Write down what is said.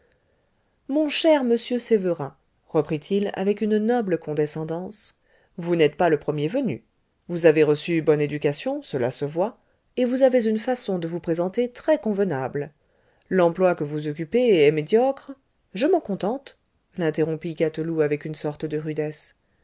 mon cher monsieur sévérin reprit-il avec une noble condescendance vous n'êtes pas le premier venu vous avez reçu bonne éducation cela se voit et vous avez une façon de vous présenter très convenable l'emploi que vous occupez est médiocre je m'en contente l'interrompit gâteloup avec une sorte de rudesse